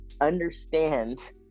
understand